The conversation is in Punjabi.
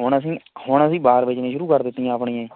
ਹੁਣ ਅਸੀਂ ਹੁਣ ਅਸੀਂ ਬਾਹਰ ਵੇਚਣੀਆਂ ਸ਼ੁਰੂ ਕਰ ਦਿੱਤੀਆਂ ਆਪਣੀਆਂ ਹੀ